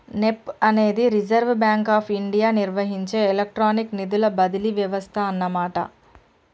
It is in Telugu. నెప్ప్ అనేది రిజర్వ్ బ్యాంక్ ఆఫ్ ఇండియా నిర్వహించే ఎలక్ట్రానిక్ నిధుల బదిలీ వ్యవస్థ అన్నమాట